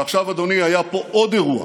ועכשיו, אדוני, היה פה עוד אירוע,